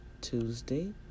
Tuesday